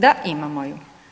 Da, imamo ju.